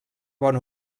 bon